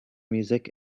music